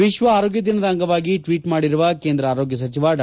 ವಿಶ್ವ ಆರೋಗ್ಯ ದಿನದ ಅಂಗವಾಗಿ ಟ್ನೀಟ್ ಮಾಡಿರುವ ಕೇಂದ್ರ ಆರೋಗ್ಯ ಸಚಿವ ಡಾ